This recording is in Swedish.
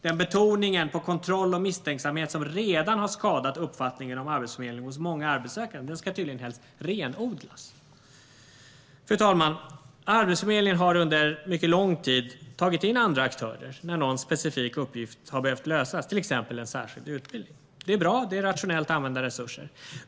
Den betoning på kontroll och misstänksamhet som redan har skadat uppfattningen om Arbetsförmedlingen hos många arbetssökande ska tydligen helst renodlas. Fru talman! Arbetsförmedlingen har under mycket lång tid tagit in andra aktörer när någon specifik uppgift har behövt lösas, till exempel en särskild utbildning. Det är bra. Det är rationellt använda resurser.